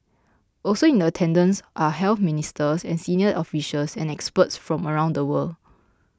also in attendance are health ministers senior officials and experts from around the world